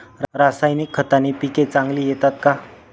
रासायनिक खताने पिके चांगली येतात का?